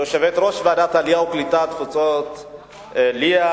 יושבת-ראש ועדת העלייה, הקליטה והתפוצות ליה,